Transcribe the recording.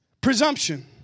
Presumption